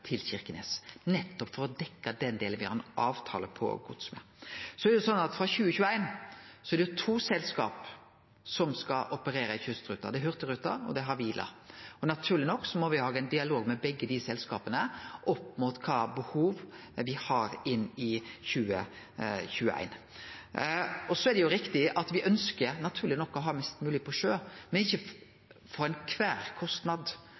til Kirkenes, nettopp for å dekkje den delen me har ein avtale om gods på. Frå 2021 er det to selskap som skal operere i kyststrøka. Det er Hurtigruten og det er Havila. Naturleg nok må me ha ein dialog med begge dei selskapa om kva behov me har inn i 2021. Så er det riktig at me naturleg nok ønskjer å ha mest mogleg på sjø, men ikkje for kvar ein kostnad.